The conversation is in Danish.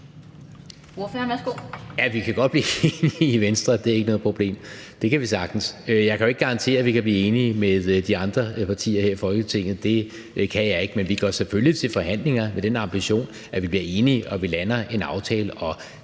vi kan godt blive enige i Venstre, det er ikke noget problem, det kan vi sagtens. Jeg kan jo ikke garantere, at vi kan blive enige med de andre partier her i Folketinget. Det kan jeg ikke, men vi går selvfølgelig til forhandlinger med den ambition, at vi bliver enige, og at vi lander en aftale.